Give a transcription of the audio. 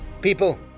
People